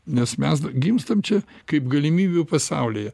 nes mes g gimstam čia kaip galimybių pasaulyje